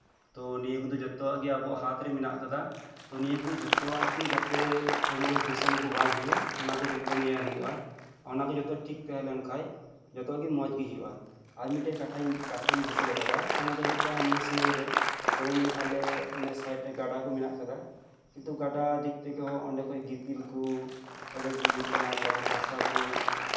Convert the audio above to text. ᱛᱚ ᱱᱤᱭᱟᱹ ᱠᱚᱫᱚ ᱡᱚᱛᱣᱟᱜ ᱜᱮ ᱟᱵᱚᱣᱟᱜ ᱦᱟᱛᱨᱮ ᱢᱮᱱᱟᱜ ᱠᱟᱫᱟ ᱛᱚ ᱱᱤᱭᱟᱹ ᱠᱚ ᱡᱚᱛᱚᱣᱟᱜ ᱜᱮ ᱡᱟᱛᱮ ᱯᱚᱨᱤᱵᱮᱥ ᱫᱷᱩᱥᱚᱱ ᱠᱚ ᱵᱟᱝ ᱦᱩᱭᱩᱜ ᱚᱱᱟᱚ ᱡᱚᱛᱚ ᱧᱮᱞ ᱦᱩᱭᱩᱜᱼᱟ ᱚᱱᱟ ᱠᱚ ᱡᱚᱛᱚ ᱴᱷᱤᱠ ᱛᱟᱦᱮᱸ ᱞᱮᱱᱠᱷᱟᱱ ᱡᱚᱛᱚᱣᱟᱜ ᱜᱮ ᱢᱚᱡᱽ ᱜᱮ ᱦᱩᱭᱩᱜᱼᱟ ᱟᱨ ᱢᱤᱫᱴᱮᱱ ᱠᱟᱛᱷᱟᱧ ᱫᱤᱥᱟᱹ ᱠᱟᱫᱟ ᱚᱱᱟ ᱫᱚ ᱦᱩᱭᱩᱜ ᱠᱟᱱᱟ ᱱᱤᱭᱟᱹ ᱥᱚᱢᱚᱭᱨᱮ ᱡᱮᱢᱚᱱ ᱟᱞᱮ ᱚᱱᱮ ᱥᱟᱭᱤᱰ ᱨᱮ ᱜᱟᱰᱟ ᱠᱚ ᱢᱮᱱᱟᱜ ᱠᱟᱫᱟ ᱠᱤᱱᱛᱩ ᱜᱟᱰᱟ ᱫᱤᱠᱛᱷᱮᱠᱮ ᱦᱚᱸ ᱚᱸᱰᱮ ᱠᱷᱚᱱ ᱜᱤᱛᱤᱞ ᱠᱚ ᱟᱹᱰᱤ ᱟᱸᱴ ᱠᱳᱸᱵᱽᱲᱳ ᱠᱟᱱᱟ ᱛᱟᱨᱯᱚᱨ ᱦᱟᱥᱟ ᱠᱚ